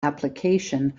application